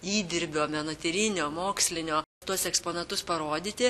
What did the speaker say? įdirbio menotyrinio mokslinio tuos eksponatus parodyti